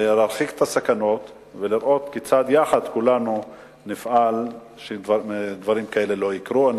להרחיק את הסכנות ולראות כיצד כולנו יחד נפעל כדי שדברים כאלו לא יקרו.